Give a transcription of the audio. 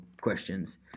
questions